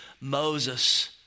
Moses